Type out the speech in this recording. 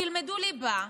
תלמדו ליבה,